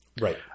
Right